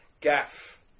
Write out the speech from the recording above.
Gaff